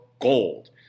gold